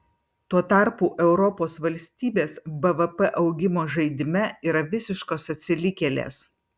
tuo tarpu europos valstybės bvp augimo žaidime yra visiškos atsilikėlės